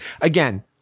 Again